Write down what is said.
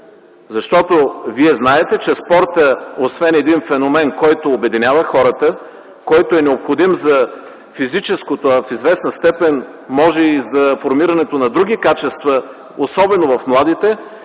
Защото вие знаете, че спортът, освен един феномен, който обединява хората, който е необходим за физическото, а в известна степен и за формирането на други качества, особено в младите,